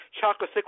chocolate